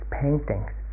paintings